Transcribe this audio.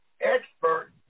expert